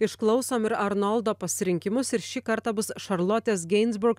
išklausom ir arnoldo pasirinkimus ir šį kartą bus šarlotės geinsburg